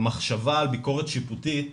המחשבה על ביקורת שיפוטית מגוחכת.